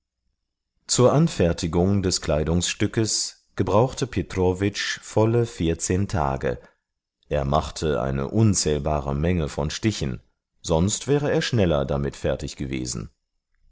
zur anfertigung des kleidungsstückes gebrauchte petrowitsch volle vierzehn tage er machte eine unzählbare menge von stichen sonst wäre er schneller damit fertig gewesen